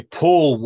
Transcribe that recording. pull